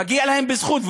מגיע להם בזכות,